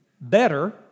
better